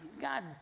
God